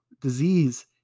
disease